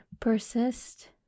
Persist